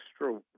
extra